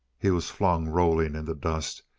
he was flung rolling in the dust,